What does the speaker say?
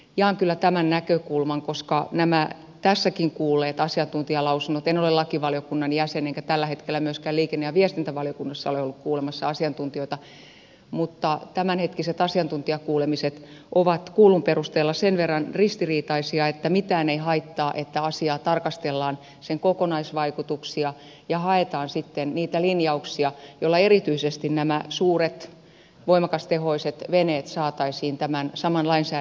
jaan kyllä tämän näkökulman koska nämä tässäkin kuullut asiantuntijalausunnot en ole lakivaliokunnan jäsen enkä tällä hetkellä myöskään liikenne ja viestintävaliokunnassa ole ollut kuulemassa asiantuntijoita ovat kuullun perusteella sen verran ristiriitaisia että mitään ei haittaa että asiaa tarkastellaan sen kokonaisvaikutuksia ja haetaan sitten niitä linjauksia joilla erityisesti nämä suuret voimakastehoiset veneet saataisiin tämän saman lainsäädännön piiriin